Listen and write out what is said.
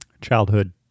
childhood